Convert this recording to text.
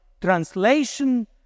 translation